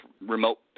remote